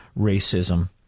racism